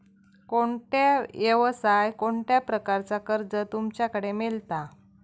कोणत्या यवसाय कोणत्या प्रकारचा कर्ज तुमच्याकडे मेलता?